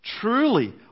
Truly